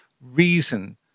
reason